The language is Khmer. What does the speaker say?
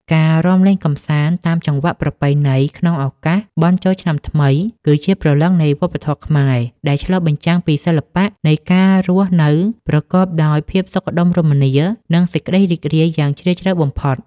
ការរាំលេងកម្សាន្តតាមចង្វាក់ប្រពៃណីក្នុងឱកាសបុណ្យចូលឆ្នាំថ្មី គឺជាព្រលឹងនៃវប្បធម៌ខ្មែរ ដែលឆ្លុះបញ្ចាំងពីសិល្បៈនៃការរស់នៅប្រកបដោយភាពសុខដុមរមនា និងសេចក្តីរីករាយយ៉ាងជ្រាលជ្រៅបំផុត។